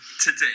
today